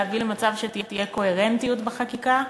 להביא למצב שתהיה קוהרנטיות בחקיקה.